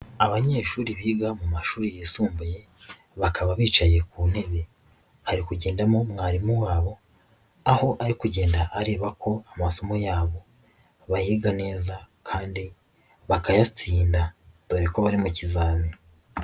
Abanyeshuri biga mu mashuri yisumbuye, bakaba bicaye ku ntebe, hari kugendamo mwarimu wabo, aho ari kugenda areba ko amasomo yabo bayiga neza kandi bakayatsinda, dore ko bari mu kizame.